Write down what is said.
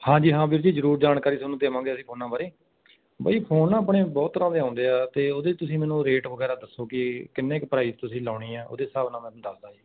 ਹਾਂਜੀ ਹਾਂ ਵੀਰ ਜੀ ਜਰੂਰ ਜਾਣਕਾਰੀ ਤੁਹਾਨੂੰ ਦੇਵਾਂਗੇ ਅਸੀਂ ਫੋਨਾਂ ਬਾਰੇ ਬਾਈ ਫੋਨ ਨਾ ਆਪਣੇ ਬਹੁਤ ਤਰ੍ਹਾਂ ਆਉਂਦੇ ਆ ਅਤੇ ਉਹਦੇ 'ਚ ਤੁਸੀਂ ਮੈਨੂੰ ਰੇਟ ਵਗੈਰਾ ਦੱਸੋ ਕਿ ਕਿੰਨੇ ਕੁ ਪ੍ਰਾਈਜ਼ 'ਚ ਤੁਸੀਂ ਲਾਉਣੇ ਆ ਉਹਦੇ ਹਿਸਾਬ ਨਾਲ ਮੈਂ ਤੁਹਾਨੂੰ ਦੱਸਦਾ ਜੀ